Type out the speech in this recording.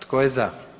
Tko je za?